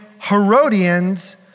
Herodians